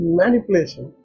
manipulation